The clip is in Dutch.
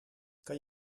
kan